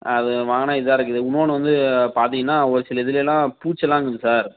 அது வாங்கினா இதாக இருக்குது இன்னொன்னு வந்து பார்த்திங்கனா ஒரு சில இதுலேலா பூச்சில்லாங்குது சார்